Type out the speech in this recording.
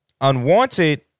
unwanted